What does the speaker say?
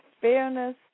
fairness